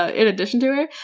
ah in addition to her.